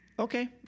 Okay